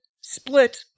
split